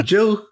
Joe